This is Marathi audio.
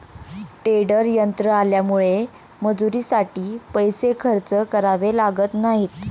टेडर यंत्र आल्यामुळे मजुरीसाठी पैसे खर्च करावे लागत नाहीत